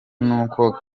n’uko